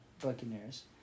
Buccaneers